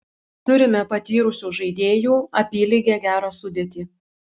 turime patyrusių žaidėjų apylygę gerą sudėtį